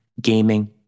gaming